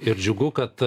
ir džiugu kad